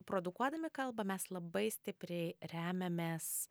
produkuodami kalbą mes labai stipriai remiamės